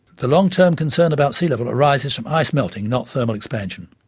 the long term concern about sea level arises from ice melting, not thermal expansion.